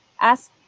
ask